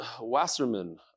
Wasserman